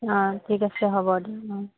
অঁ ঠিক আছে হ'ব দিয়ক